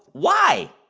why?